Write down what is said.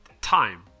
time